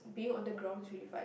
be on the ground you find